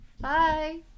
bye